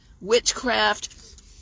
witchcraft